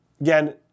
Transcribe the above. Again